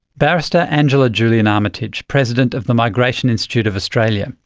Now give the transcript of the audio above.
barrister angela julian-armitage, president of the migration institute of australia.